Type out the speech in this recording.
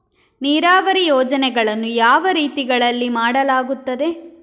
ನೀರಾವರಿ ಯೋಜನೆಗಳನ್ನು ಯಾವ ರೀತಿಗಳಲ್ಲಿ ಮಾಡಲಾಗುತ್ತದೆ?